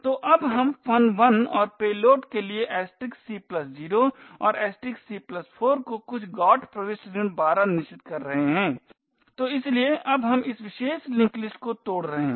तो अब हम fun1 और पेलोड के लिए c 0 और c 4 को कुछ GOT प्रविष्टि ऋण 12 निश्चित कर रहे हैं तो इसलिए अब हम इस विशेष लिंक लिस्ट को तोड़ रहे हैं